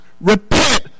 repent